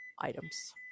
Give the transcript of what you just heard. items